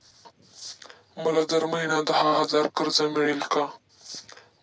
मला दर महिना दहा हजार कर्ज मिळेल का?